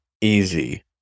easy